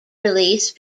release